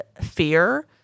fear